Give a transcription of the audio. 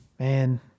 Man